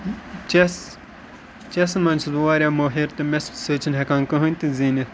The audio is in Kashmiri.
چیٚس چیٚسہٕ منٛز چھُس بہٕ واریاہ مٲہِر تہٕ مےٚ سۭتۍ چھِنہٕ ہیٚکان کٕہٕنۍ تہِ زیٖنِتھ